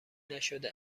نشده